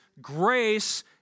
grace